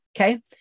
okay